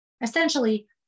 Essentially